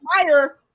fire